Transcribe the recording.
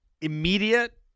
immediate